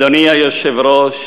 אדוני היושב-ראש,